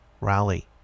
rally